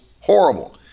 horrible